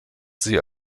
sie